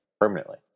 permanently